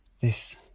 This